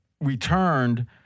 returned